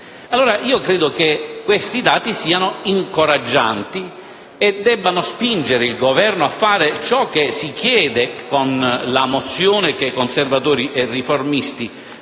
LETTIERI). Credo che questi dati siano incoraggianti e debbano spingere il Governo a fare ciò che si chiede con la mozione che Conservatori e riformisti pongono